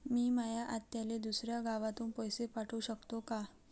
मी माया आत्याले दुसऱ्या गावातून पैसे पाठू शकतो का?